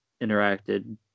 interacted